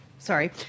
Sorry